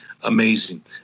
amazing